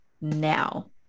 now